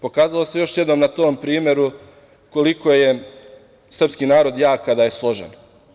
Pokazalo se još jednom na tom primeru koliko je srpski narod jak kada je složan.